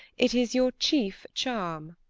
it is your chief charm.